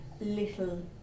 little